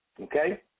Okay